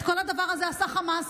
את כל הדבר הזה עשה חמאס.